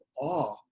awe